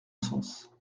sens